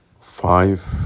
Five